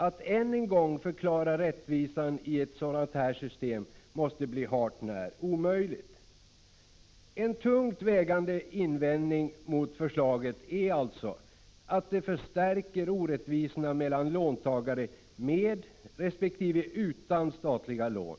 Att än en gång förklara rättvisan i ett sådant system måste bli hart när omöjligt. En tungt vägande invändning mot förslaget är alltså att det förstärker orättvisorna mellan låntagare med resp. utan statliga lån